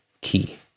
key